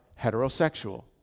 heterosexual